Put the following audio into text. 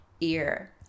ear